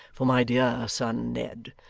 for my dear son ned!